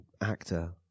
actor